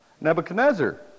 Nebuchadnezzar